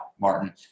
Martin